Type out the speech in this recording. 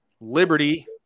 liberty